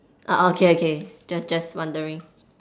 ah oh okay okay just just wondering